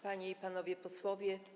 Panie i Panowie Posłowie!